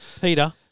Peter